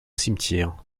cimetière